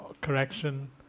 correction